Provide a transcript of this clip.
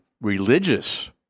religious